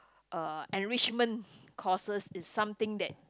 uh enrichment courses is something that